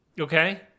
Okay